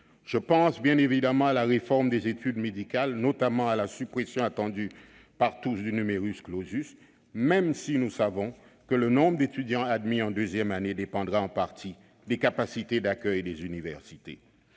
Je pense évidemment à la réforme des études médicales, et notamment à la suppression, attendue par tous, du, même si nous savons que le nombre d'étudiants admis en deuxième année dépendra en partie des capacités d'accueil des universités.